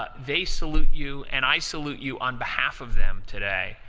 ah they salute you, and i salute you on behalf of them today,